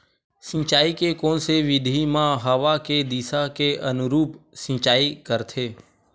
सिंचाई के कोन से विधि म हवा के दिशा के अनुरूप सिंचाई करथे?